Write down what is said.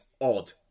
odd